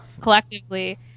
collectively